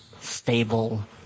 stable